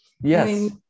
yes